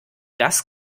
das